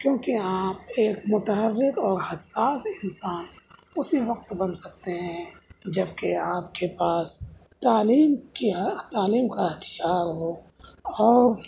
کیونکہ آپ ایک متحرک اور حساس انسان اسی وقت بن سکتے ہیں جب کہ آپ کے پاس تعلیم کی تعلیم کا ہتھیار ہو اور